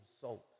salt